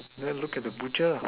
then look at the butcher